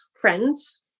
friends